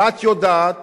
ואת יודעת